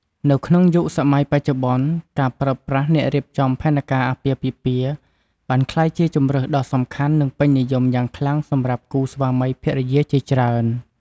នៅក្នុងយុគសម័យបច្ចុប្បន្ន ការប្រើប្រាស់អ្នករៀបចំផែនការអាពាហ៍ពិពាហ៍ បានក្លាយជាជម្រើសដ៏សំខាន់ និងពេញនិយមយ៉ាងខ្លាំងសម្រាប់គូស្វាមីភរិយាជាច្រើន។